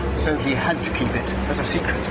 so he had to keep it as a secret,